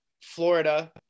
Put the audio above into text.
Florida